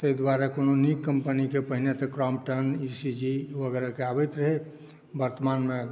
तै दुआरे कोनो नीक कम्पनीके पहिने तऽ क्रोमपटन ई सी जी वगौरहक आबैत रहै वर्तमानमे